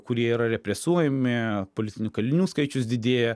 kurie yra represuojami politinių kalinių skaičius didėja